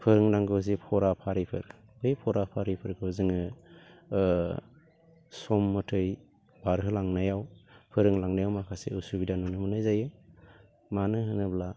फोरोंनांगौ जि फराफारिफोर बे फराफारिफोरखौ जोङो सम मथै बारहोलांनायाव फोरोंलांनायाव माखासे असुबिदा नुनो मोननाय जायो मानो होनोब्ला